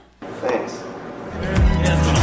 Thanks